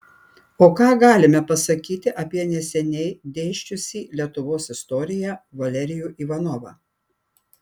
o ką galime pasakyti apie neseniai dėsčiusį lietuvos istoriją valerijų ivanovą